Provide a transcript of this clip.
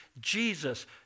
Jesus